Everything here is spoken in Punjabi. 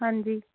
ਹਾਂਜੀ